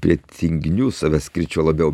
prie tinginių save skirčiau labiau